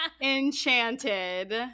Enchanted